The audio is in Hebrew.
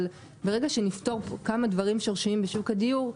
אבל ברגע שנפתור כמה דברים שורשיים בשוק הדיור,